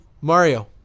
mario